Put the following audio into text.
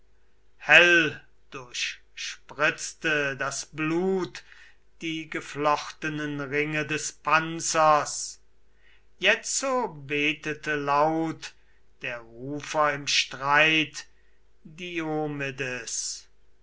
hell durchspritzte das blut die geflochtenen ringe des panzers jetzo betete laut der rufer im streit